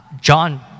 John